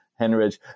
Henrich